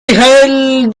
dejar